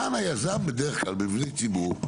כאן היזם בדרך כלל במבני ציבור,